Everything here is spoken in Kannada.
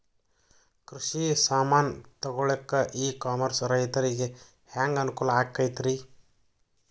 ಕೃಷಿ ಸಾಮಾನ್ ತಗೊಳಕ್ಕ ಇ ಕಾಮರ್ಸ್ ರೈತರಿಗೆ ಹ್ಯಾಂಗ್ ಅನುಕೂಲ ಆಕ್ಕೈತ್ರಿ?